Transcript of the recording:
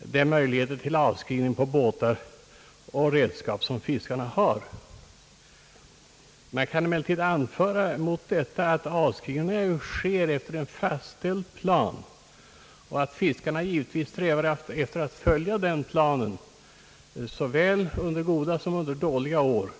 de möjligheter till avskrivning på båtar och redskap som fiskarna har. Man kan emellertid mot detta anföra, att avskrivningen ju sker efter en fastställd plan och att fiskarna givetvis strävar efter att följa den planen såväl under goda som dåliga år.